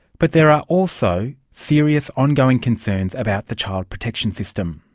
but there are also serious ongoing concerns about the child protection system.